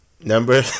Number